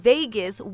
Vegas